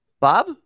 Bob